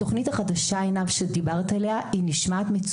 התוכנית החדשה,